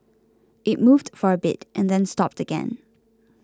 it moved for a bit and then stopped again